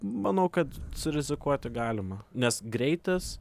manau kad surizikuoti galima nes greitis